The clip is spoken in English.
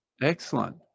excellent